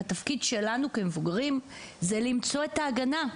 והתפקיד שלנו כמבוגרים זה למצוא את ההגנה.